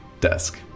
desk